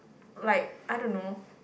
like I don't know